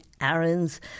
errands